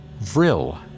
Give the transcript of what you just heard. Vril